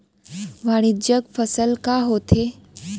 वाणिज्यिक फसल का होथे?